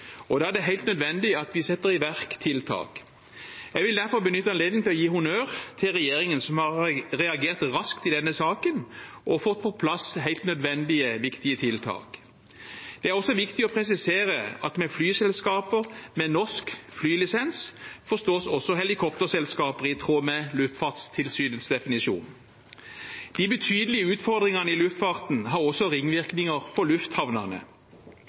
og fått på plass helt nødvendige og viktige tiltak. Det er også viktig å presisere at med flyselskaper med norsk flylisens forstås også helikopterselskaper, i tråd med Luftfartstilsynets definisjon. De betydelige utfordringene i luftfarten har også ringvirkninger for lufthavnene.